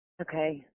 Okay